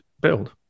build